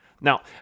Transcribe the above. Now